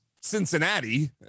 Cincinnati